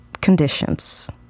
conditions